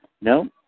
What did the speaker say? No